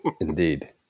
Indeed